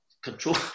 Control